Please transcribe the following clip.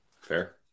fair